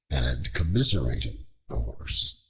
and commiserated the horse.